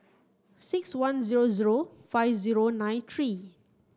six one zero zero five zero nine three